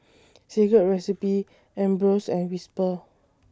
Secret Recipe Ambros and Whisper